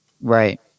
Right